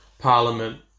parliament